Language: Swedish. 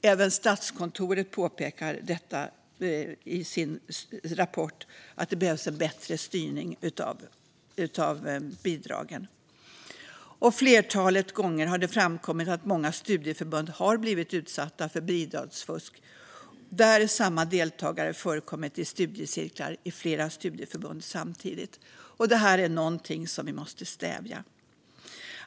Även Statskontoret påpekar i sin rapport att det behövs en bättre styrning av bidragen. Ett flertal gånger har det framkommit att många studieförbund har blivit utsatta för bidragsfusk där samma deltagare har förekommit i studiecirklar i flera studieförbund samtidigt. Det är något som vi måste stävja.